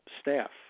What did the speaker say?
staff